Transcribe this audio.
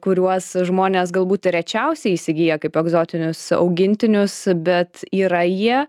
kuriuos žmonės galbūt rečiausiai įsigyja kaip egzotinius augintinius bet yra jie